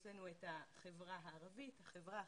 יש לנו את החברה הערבית, החברה החרדית,